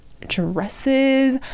dresses